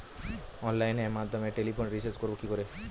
অনলাইনের মাধ্যমে টেলিফোনে রিচার্জ করব কি করে?